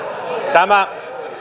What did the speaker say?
tämä